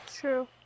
True